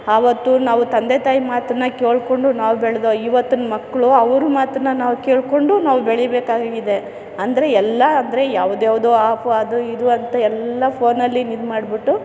ಆವತ್ತು ನಾವು ತಂದೆ ತಾಯಿ ಮಾತನ್ನು ಕೇಳಿಕೊಂಡು ನಾವು ಬೆಳೆದೋ ಇವತ್ತಿನ ಮಕ್ಕಳು ಅವರು ಮಾತನ್ನು ನಾವು ಕೇಳಿಕೊಂಡು ನಾವು ಬೆಳೀಬೇಕಾಗಿದೆ ಅಂದರೆ ಎಲ್ಲ ಅಂದರೆ ಯಾವುದ್ಯಾವ್ದೋ ಆಪು ಅದು ಇದು ಅಂತ ಎಲ್ಲ ಫೋನಲ್ಲಿ ಮಾಡ್ಬಿಟ್ಟು